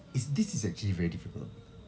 is this is actually very difficult